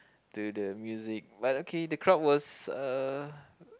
to the music but okay the crowd was uh